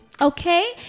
Okay